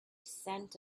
scent